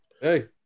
Hey